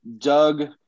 Doug